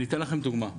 אני אתן לכם דוגמא.